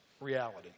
reality